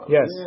Yes